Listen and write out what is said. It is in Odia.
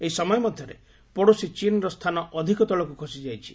ଏହି ସମୟ ମଧ୍ୟରେ ପଡ଼ୋଶୀ ଚୀନ୍ର ସ୍ଥାନ ଅଧିକ ତଳକୁ ଖସିଯାଇଛି